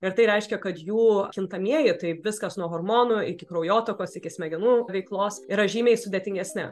ir tai reiškia kad jų kintamieji tai viskas nuo hormonų iki kraujotakos iki smegenų veiklos yra žymiai sudėtingesni